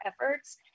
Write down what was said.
efforts